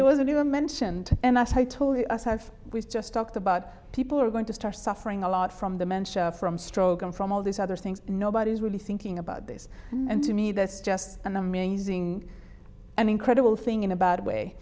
it wasn't even mentioned and as i told us i've just talked about people are going to star suffering a lot from the mention from stroke and from all these other things nobody's really thinking about this and to me that's just an amazing and incredible thing in a bad way